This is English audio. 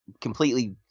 completely